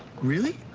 really?